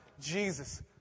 Jesus